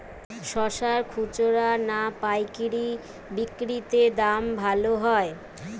শশার খুচরা না পায়কারী বিক্রি তে দাম ভালো হয়?